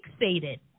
fixated